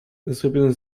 zrobione